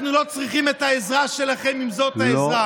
אנחנו לא צריכים את העזרה שלכם אם זאת העזרה,